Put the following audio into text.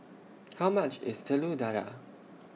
How much IS Telur Dadah